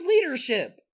Leadership